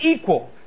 equal